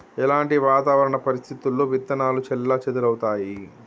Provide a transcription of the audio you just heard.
ఎలాంటి వాతావరణ పరిస్థితుల్లో విత్తనాలు చెల్లాచెదరవుతయీ?